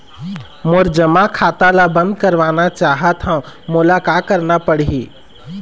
मोर जमा खाता ला बंद करवाना चाहत हव मोला का करना पड़ही?